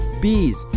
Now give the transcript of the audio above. Bees